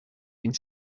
been